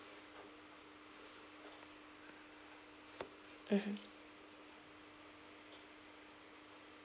mmhmm